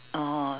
oh